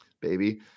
baby